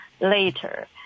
later